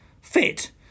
fit